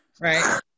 right